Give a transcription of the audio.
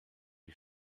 die